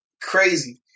crazy